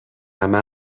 عمه